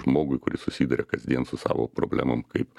žmogui kuris susiduria kasdien su savo problemom kaip